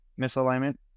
misalignment